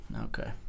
Okay